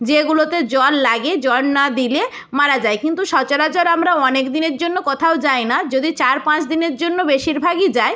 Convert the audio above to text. যেগুলোতে জল লাগে জল না দিলে মারা যায় কিন্তু সচরাচর আমরা অনেক দিনের জন্য কোথাও যাই না যদি চার পাঁচ দিনের জন্য বেশিরভাগই যাই